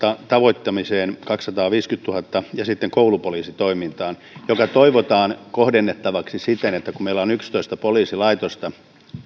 tavoittamiseen kaksisataaviisikymmentätuhatta ja sitten koulupoliisitoimintaan joka toivotaan kohdennettavaksi siten että kun meillä on yksitoista poliisilaitosta